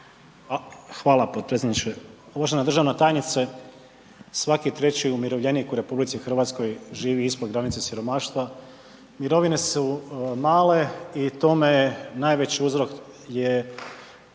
Hvala potpredsjedniče. Uvažena državna tajnice, svaki treći umirovljenik u RH živi ispod granice siromaštva. Mirovine su male i tome najveći uzrok je